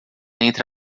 entre